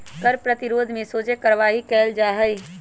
कर प्रतिरोध में सोझे कार्यवाही कएल जाइ छइ